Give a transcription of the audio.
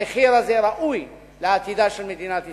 המחיר הזה ראוי לעתידה של מדינת ישראל.